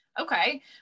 Okay